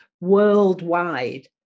Worldwide